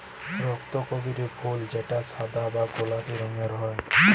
রক্তকরবী ফুল যেটা সাদা বা গোলাপি রঙের হ্যয়